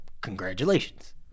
congratulations